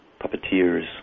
puppeteers